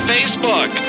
Facebook